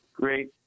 great